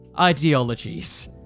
ideologies